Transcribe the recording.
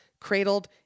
cradled